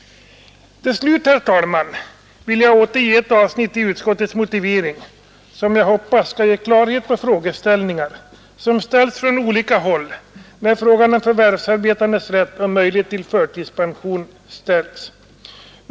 Till slut, herr talman, vill jag återge ett avsnitt i utskottets motivering som jag hoppas skall ge klarhet i frågeställningar som rests från olika håll när frågan om förvärvsarbetandes rätt och möjlighet till förtidspension ställts.